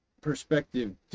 perspective